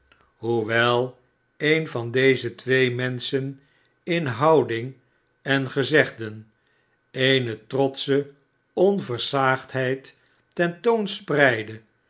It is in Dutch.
hoewel een van deze twee menschen in houdlng en gezegden eene trotsche onversaagdheid